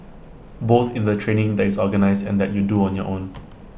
both in the training that is organised and that you do on your own